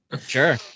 Sure